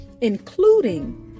including